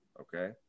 okay